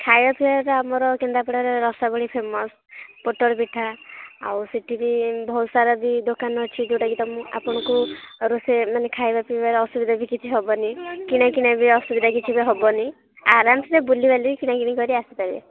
ଖାଇବା ପିଇବାରେ ତ ଆମର କେନ୍ଦ୍ରାପଡ଼ାରେ ରସାବଳି ଫେମସ୍ ପୋଟଳ ପିଠା ଆଉ ସେଠି ବି ବହୁତ ସାରା ବି ଦୋକାନ ଅଛି ଯେଉଁଟା କି ତମକୁ ଆପଣଙ୍କୁ ରୋଷେଇ ମାନେ ଖାଇବା ପିଇବାରେ ଅସୁବିଧା ବି କିଛି ହବନି କିଣା କିଣା ବି ଅସୁବିଧା କିଛି ବି ହେବନି ଆରାମ ସେ ବୁଲିବାଲିକି କିଣା କିଣି କରି ଆସି ପାରିବେ